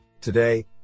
Today